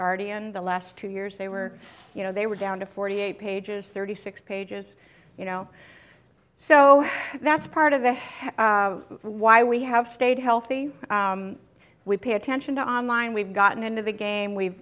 guardian the last two years they were you know they were down to forty eight pages thirty six pages you know so that's part of the why we have stayed healthy we pay attention to on line we've gotten into the game we've